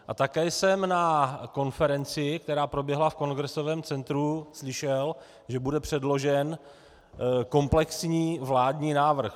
A také jsem na konferenci, která proběhla v Kongresovém centru, slyšel, že bude předložen komplexní vládní návrh.